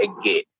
again